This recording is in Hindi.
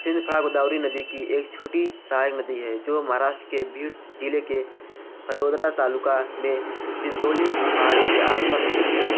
सिंधफणा गोदावरी नदी की एक छोटी सहायक नदी है जो महाराष्ट्र के बीड जिले के पतोदरा तालुका में चिनचोली पहाड़ी के आसपास निकलती है